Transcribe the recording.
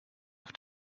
auf